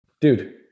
dude